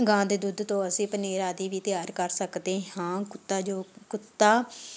ਗਾਂ ਦੇ ਦੁੱਧ ਤੋਂ ਅਸੀਂ ਪਨੀਰ ਆਦਿ ਵੀ ਤਿਆਰ ਕਰ ਸਕਦੇ ਹਾਂ ਕੁੱਤਾ ਜੋ ਕੁੱਤਾ